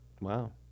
Wow